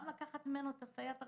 גם לקחת ממנו את הסייעת הרפואית?